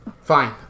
Fine